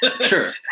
Sure